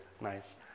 Nice